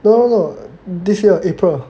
no no this year April